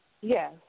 Yes